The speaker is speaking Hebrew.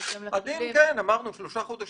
הדין כן, שלושה חודשים.